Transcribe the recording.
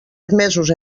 admesos